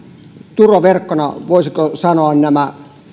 turvaverkkona voisiko sanoa nämä